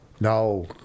No